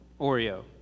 Oreo